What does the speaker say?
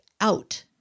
out